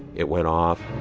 it went off